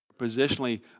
positionally